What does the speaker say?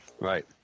Right